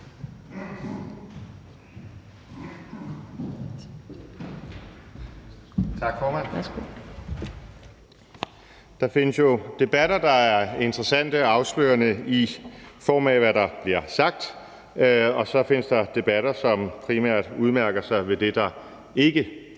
Der findes jo debatter, der er interessante og afslørende, i form af hvad der bliver sagt, og så findes der debatter, som primært udmærker sig ved det, der ikke